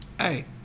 Hey